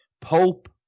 Pope